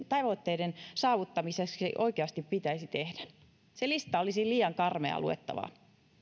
tavoitteiden saavuttamiseksi oikeasti pitäisi tehdä se lista olisi liian karmeaa luettavaa